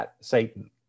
Satan